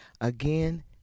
Again